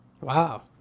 Wow